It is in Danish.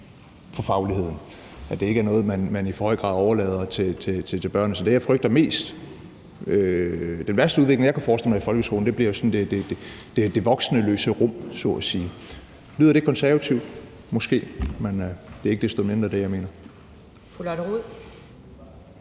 for fagligheden, altså at det ikke er noget, man i for høj grad overlader til børnene. Så det, jeg frygter mest, den værste udvikling, jeg kunne forestille mig i folkeskolen, bliver jo så at sige det voksenløse rum. Lyder det konservativt? Måske, men det er ikke desto mindre det, jeg mener. Kl.